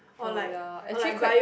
oh ya actually quite